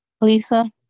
Lisa